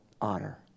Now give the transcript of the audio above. honor